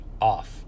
off